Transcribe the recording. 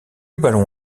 ballon